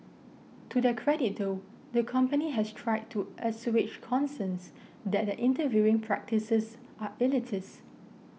to their credit though the company has tried to assuage concerns that their interviewing practices are elitist